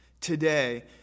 Today